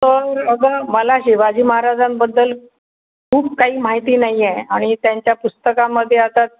तर अगं मला शिवाजी महाराजांबद्दल खूप काही माहिती नाही आहे आणि त्यांच्या पुस्तकामध्ये आता